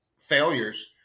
failures